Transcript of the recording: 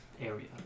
area